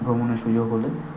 ভ্রমণের সুযোগ হলে